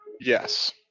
Yes